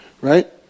Right